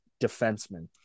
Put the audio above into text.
defenseman